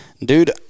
dude